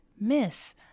Miss